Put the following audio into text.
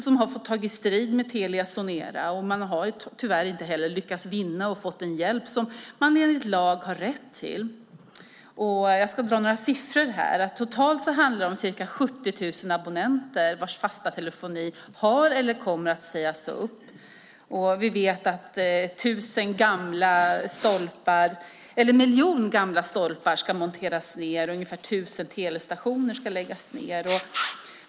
De har fått ta strid med Telia Sonera men har dess värre inte lyckats vinna och därför inte fått den hjälp som de enligt lag har rätt till. Jag ska nämna några siffror. Totalt handlar det om ca 70 000 abonnenter vars fasta telefoni har sagts upp eller kommer att sägas upp. Vi vet att en miljon gamla stolpar ska monteras ned och att ungefär 1 000 telestationer ska läggas ned.